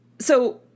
So-